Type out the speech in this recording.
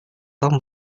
tom